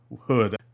Hood